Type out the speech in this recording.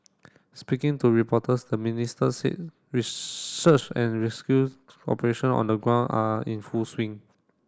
speaking to reporters the Minister said search and rescues operation on the ground are in full swing